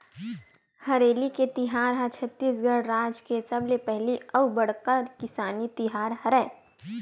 हरेली के तिहार ह छत्तीसगढ़ राज के सबले पहिली अउ बड़का किसानी तिहार हरय